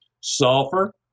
Sulfur